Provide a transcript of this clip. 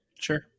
sure